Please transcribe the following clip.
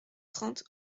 trente